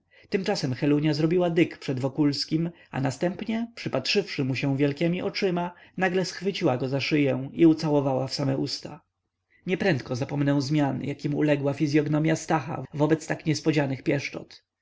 tymczasem helunia zrobiła dyg przed wokulskim a następnie przypatrzywszy mu się wielkiemi oczyma nagle schwyciła go za szyję i ucałowała w same usta nieprędko zapomnę zmian jakim uległa fizyognomia stacha wobec tak niespodzianych pieszczot